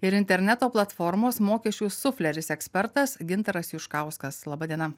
ir interneto platformos mokesčių sufleris ekspertas gintaras juškauskas laba diena